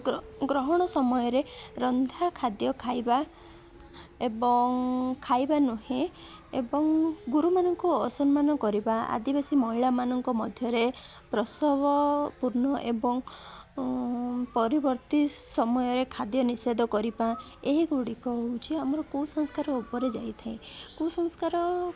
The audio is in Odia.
ଗ୍ରହଣ ସମୟରେ ରନ୍ଧା ଖାଦ୍ୟ ଖାଇବା ଏବଂ ଖାଇବା ନୁହେଁ ଏବଂ ଗୁରୁମାନଙ୍କୁ ଅସମ୍ମାନ କରିବା ଆଦିବାସୀ ମହିଳାମାନଙ୍କ ମଧ୍ୟରେ ପ୍ରସବପୂର୍ଣ୍ଣ ଏବଂ ପରିବର୍ତ୍ତୀ ସମୟରେ ଖାଦ୍ୟ ନିଷେଧ କରିବା ଏହି ଗୁଡ଼ିକ ହେଉଛି ଆମର କୁସଂସ୍କାର ଉପରେ ଯାଇଥାଏ କୁସଂସ୍କାର